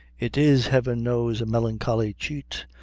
it is, heaven knows, a melancholy cheat,